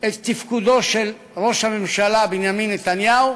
את תפקודו של ראש הממשלה בנימין נתניהו: